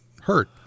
hurt